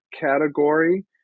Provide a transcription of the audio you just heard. category